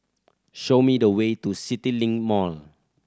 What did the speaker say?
show me the way to CityLink Mall